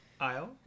Aisle